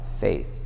faith